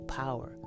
power